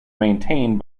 maintained